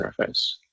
interface